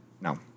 No